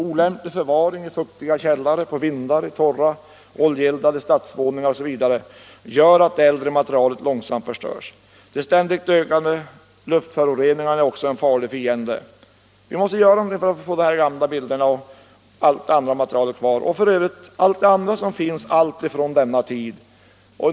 Olämplig förvaring i fuktiga källare, på vindar, i torra oljeeldade stadsvåningar osv. gör att det äldre materialet långsamt förstörs. De ständigt ökande luftföroreningarna är också en farlig fiende. Vi måste göra någonting för att bevara dessa gamla bilder och allt annat material som finns kvar från denna tid.